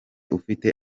ufite